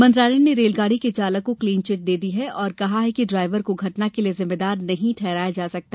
मंत्रालय ने रेलगाड़ी के चालक को क्लीनचिट दे दी है और कहा है कि ड्रायवर को घटना के लिए जिम्मेदार नहीं ठहराया जा सकता